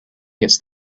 gets